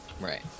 Right